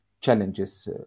challenges